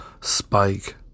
spike